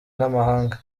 n’amahanga